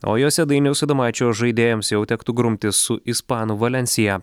o jose dainiaus adomaičio žaidėjams jau tektų grumtis su ispanų valensija